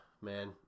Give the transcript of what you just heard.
man